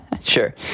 Sure